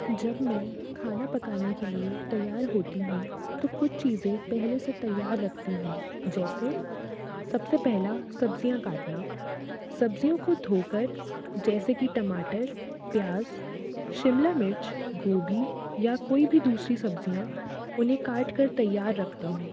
जब मैं खाना पकाने के लिए तैयार होती हूँ तो कुछ चीज़ें पहले से तैयार रखती हूँ जैसे सबसे पहला सब्जियाँ काटना सब्जियों को धोकर जैसे कि टमाटर प्याज़ शिमला मिर्च गोभी या कोई भी दूसरी सब्जियाँ उन्हें काटकर तैयार रखता हूँ